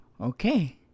okay